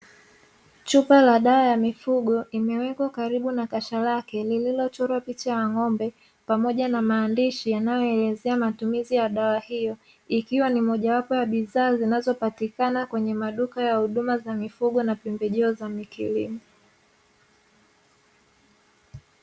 Chupa la dawa ya mifugo imewekwa karibu na kasha lililochorwa picha ya ng’ombe pamoja na maandishi yanayoelezea matumizi ya dawa hiyo, ikiwa ni mojawapo ya bidhaa zinazopatikana kwenye maduka ya huduma za mifugo na pembejeo za kilimo.